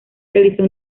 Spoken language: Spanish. realizó